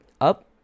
up